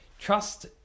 Trust